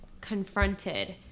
confronted